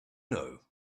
know